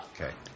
Okay